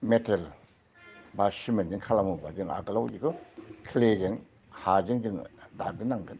metal बा सिमेन्टजों खालामोब्ला जों आगोलाव बेखौ क्लेजों हाजों जोङो दागोरनांगोन